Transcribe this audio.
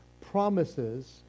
promises